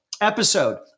episode